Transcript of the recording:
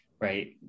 right